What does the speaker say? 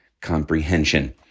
comprehension